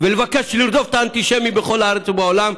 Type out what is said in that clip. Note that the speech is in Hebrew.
ולבקש לרדוף את האנטישמים בארץ ובעולם,